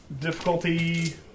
Difficulty